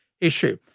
issue